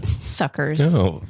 suckers